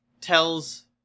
tells